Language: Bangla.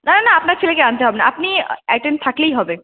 না না না আপনার ছেলেকে আনতে হবে না আপনি অ্যাটেন্ড থাকলেই হবে